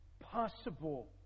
possible